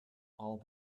all